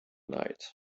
night